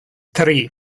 tri